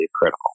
critical